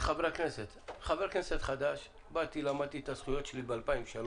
כח"כ חדש, באתי ולמדתי את הזכויות שלי ב-2003,